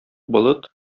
болыт